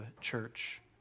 church